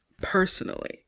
Personally